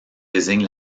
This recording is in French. désigne